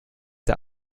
der